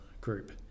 group